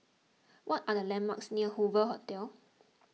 what are the landmarks near Hoover Hotel